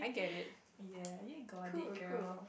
ya you got it girl